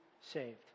saved